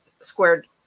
squared